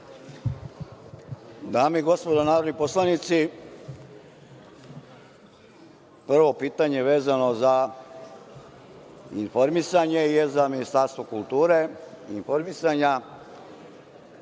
Dame i gospodo narodni poslanici, prvo pitanje vezano za informisanje je za Ministarstvo kulture i informisanja,